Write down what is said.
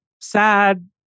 sad